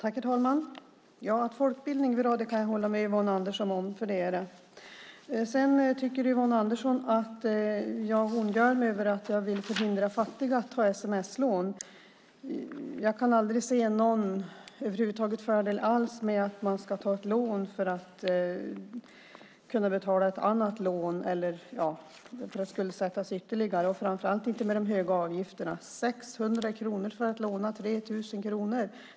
Herr talman! Att folkbildning är bra kan jag hålla med Yvonne Andersson om, för det är det. Yvonne Andersson tycker att jag ondgör mig över detta och vill förhindra fattiga att ta sms-lån. Jag kan över huvud taget inte se någon fördel med att man ska ta ett lån för att kunna betala ett annat lån eller för att skuldsätta sig ytterligare och framför allt inte med de höga avgifterna. Det kostar 600 kronor att låna 3 000 kronor.